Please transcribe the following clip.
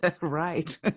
Right